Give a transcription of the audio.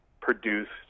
produced